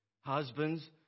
Husbands